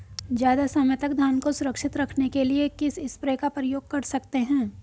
ज़्यादा समय तक धान को सुरक्षित रखने के लिए किस स्प्रे का प्रयोग कर सकते हैं?